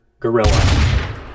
Gorilla